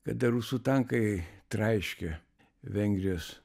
kada rusų tankai traiškė vengrijos